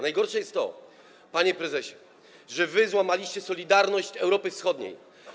Najgorsze jest to, panie prezesie, że złamaliście solidarność Europy Wschodniej.